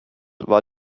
war